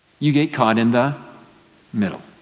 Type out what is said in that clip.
you get caught in the middle.